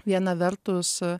vieną vertus